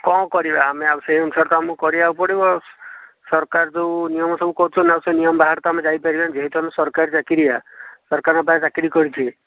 କ'ଣ କରିବା ଆମେ ଆଉ ସେଇ ଅନୁସାରେ ତ କରିବାକୁ ପଡ଼ିବ ସରକାର ଯେଉଁ ନିୟମ ସବୁ କରୁଛନ୍ତି ଆଉ ସେ ନିୟମ ବାହାର ତ ଆମେ ଯାଇ ପାରିବନି ଯେହେତୁ ଆମେ ସରକାରୀ ଚାକିରିଆ ସରକାର ପାଇଁ ଚାକିରୀ କରିଛି